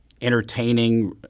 entertaining